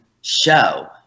show